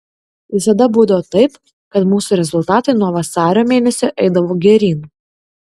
visada būdavo taip kad mūsų rezultatai nuo vasario mėnesio eidavo geryn